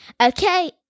Okay